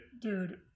dude